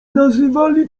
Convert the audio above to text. nazywali